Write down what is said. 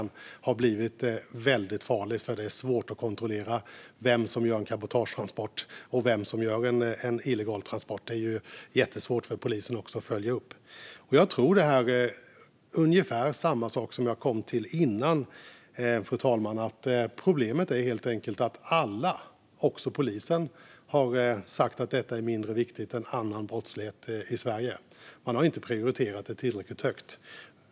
Men det har blivit väldigt farligt, för det är svårt att kontrollera vem som gör en cabotagetransport och vem som gör en illegal transport. Det är jättesvårt för polisen att följa upp. Det här är ungefär samma sak som jag kom fram till innan, fru talman - problemet är helt enkelt att alla, även polisen, har sagt att detta är mindre viktigt än annan brottslighet i Sverige. Man har inte prioriterat det tillräckligt högt.